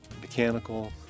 mechanical